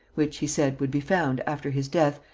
which, he said, would be found, after his death,